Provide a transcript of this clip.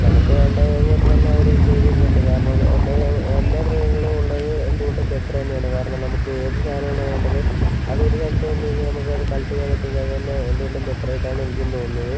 നമുക്ക് വേണ്ടതുപോലെത്തന്നെ അവർ ചെയ്തുതരുന്നുണ്ട് കാരണം എല്ലാ മൃഗം എല്ലാ മൃഗങ്ങളും ഉള്ളത് എന്തുകൊണ്ടും ബെറ്ററ് തന്നെയാണ് കാരണം നമുക്ക് ഏത് സാധനം ആണോ വേണ്ടത് അത് ഒരു സ്ഥലത്ത് നിന്നുകഴിഞ്ഞാൽ നമുക്കത് കളക്റ്റ് ചെയ്യാൻ പറ്റുമെങ്കിൽ അതുതന്നെ എന്തുകൊണ്ടും ബെറ്റർ ആയിട്ടാണ് എനിക്കും തോന്നുന്നത്